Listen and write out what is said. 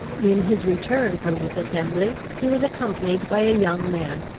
in his return from this assembly he was accompanied by a young man,